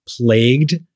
plagued